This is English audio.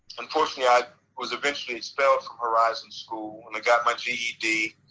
unfortunately, i was eventually expelled from horizon school and i got my ged.